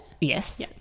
Yes